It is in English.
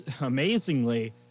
amazingly